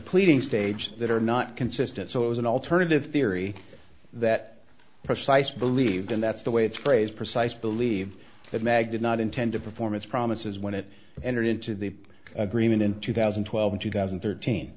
pleading stage that are not consistent so it was an alternative theory that precise believed and that's the way it's praise precise believe that mag did not intend to perform its promises when it entered into the agreement in two thousand and twelve or two thousand and thirteen